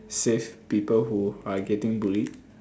save people who are getting bullied